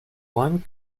one